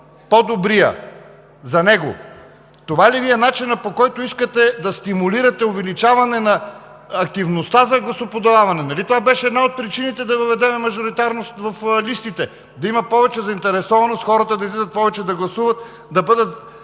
по-добрият. Това ли Ви е начинът, по който искате да стимулирате увеличаване на активността за гласоподаване? Нали това беше една от причините да въведем мажоритарност в листите? Да има повече заинтересованост хората да излизат повече да гласуват, да бъдат